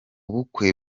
bukwe